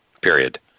period